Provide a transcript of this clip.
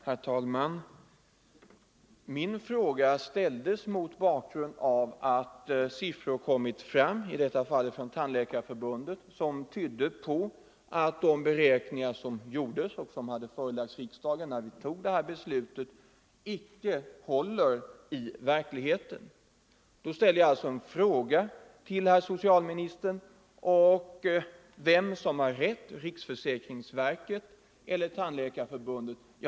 Herr talman! Min fråga ställdes mot bakgrunden av att siffror kommit fram, i detta fall från Tandläkarförbundet, som tydde på att de beräkningar som gjordes och som förelades riksdagen när vi tog beslutet, icke håller i verkligheten. Då frågade jag herr socialministern vem som har rätt —- riksförsäkringsverket eller Tandläkarförbundet.